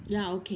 ya okay